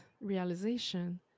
realization